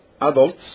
adults